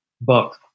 book